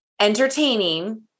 entertaining